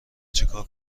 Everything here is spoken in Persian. چیکار